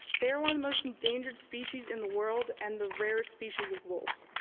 they're one of the most endangered species in the world and the rarest species of wolves.